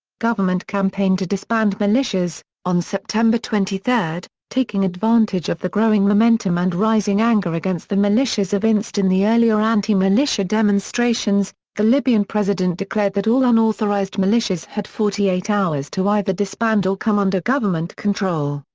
government campaign to disband militias on september twenty three, taking advantage of the growing momentum and rising anger against the militias evinced in the earlier anti-militia demonstrations, the libyan president declared that all unauthorized militias had forty eight hours to either disband or come under government control.